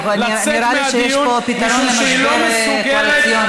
נראה לי שיש פה פתרון למשבר קואליציוני.